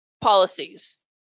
policies